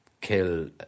kill